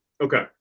okay